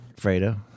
Fredo